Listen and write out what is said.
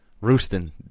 roosting